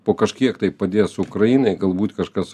po kažkiek tai padės ukrainai galbūt kažkas